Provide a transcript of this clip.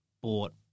bought